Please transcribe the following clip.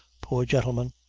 poor gintleman!